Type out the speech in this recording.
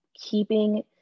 keeping